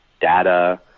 data